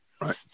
right